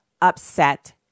upset